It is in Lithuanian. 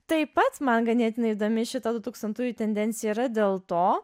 taip pat man ganėtinai įdomi šita du tūkstantųjų tendencija yra dėl to